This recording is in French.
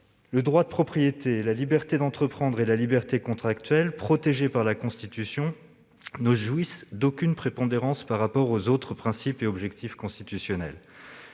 Le droit de propriété, la liberté d'entreprendre et la liberté contractuelle, protégés par la Constitution, ne jouissent d'aucune prépondérance par rapport aux autres principes et objectifs constitutionnels.